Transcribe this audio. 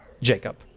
Jacob